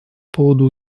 поводу